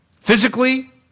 Physically